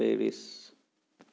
Paris